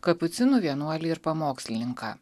kapucinų vienuolį ir pamokslininką